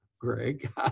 Greg